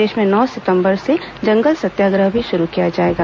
प्रदेश में नौ सितंबर से जंगल सत्याग्रह भी शुरू किया जाएगा